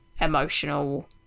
emotional